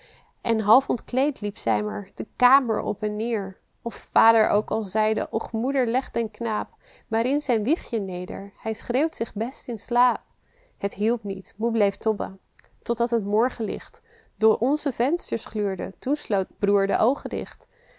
en half ontkleed liep zij maar de kamer op en neer of vader ook al zeide och moeder leg den knaap maar in zijn wiegje neder hij schreeuwt zich best in slaap het hielp niet moe bleef tobben tot dat het morgenlicht door onze vensters gluurde toen sloot broêr de oogen dicht